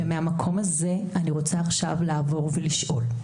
מהמקום הזה אני רוצה לעבור ולשאול.